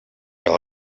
wel